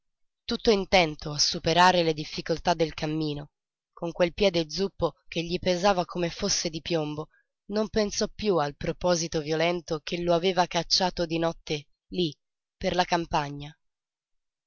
tutto intento a superare le difficoltà del cammino con quel piede zuppo che gli pesava come fosse di piombo non pensò piú al proposito violento che lo aveva cacciato di notte lí per la campagna